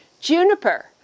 Juniper